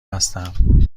هستم